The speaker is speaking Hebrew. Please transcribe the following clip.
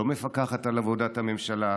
לא מפקחת על עבודת הממשלה.